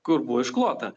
kur buvo išklota